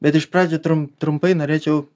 bet iš pradžių trum trumpai norėčiau